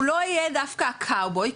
הוא לא יהיה דווקא הקאובוי,